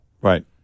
Right